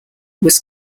was